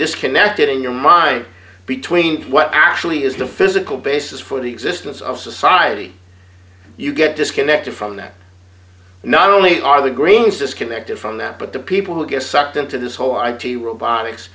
disconnected in your mind between what actually is the physical basis for the existence of society you get disconnected from that not only are the greens disconnected from that but the people who get sucked into this whole i t robotics